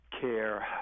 care